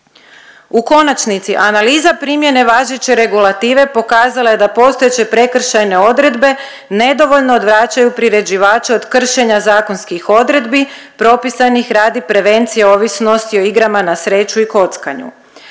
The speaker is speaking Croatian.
U konačnici analiza primjene važeće regulative pokazala je da postojeće prekršajne odredbe nedovoljno odvraćaju priređivača od kršenja zakonskih odredbi propisanih radi prevencije ovisnosti o igrama na sreću i kockanju.